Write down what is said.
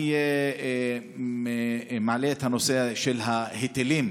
אני מעלה את הנושא של ההיטלים.